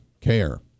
care